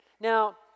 Now